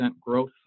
growth